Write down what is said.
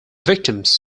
victims